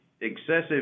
excessive